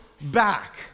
back